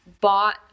bought